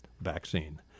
vaccine